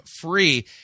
free